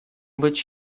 być